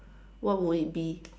what would it be